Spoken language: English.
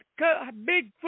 Bigfoot